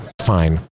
fine